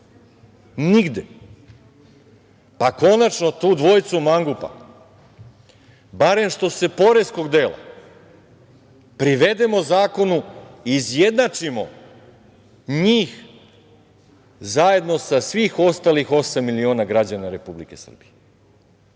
postoji. Konačno da tu dvojicu mangupa, barem što se poreskog dela, privedemo zakonu, izjednačimo njih zajedno sa svih ostalih osam miliona građana Republike Srbije,